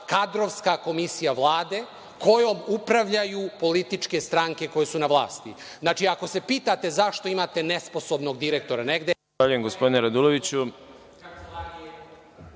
kadrovska komisija Vlade kojom upravljaju političke stranke koje su na vlasti. Ako se pitate zašto imate nesposobnog direktora negde,